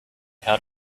how